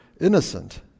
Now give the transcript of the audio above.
innocent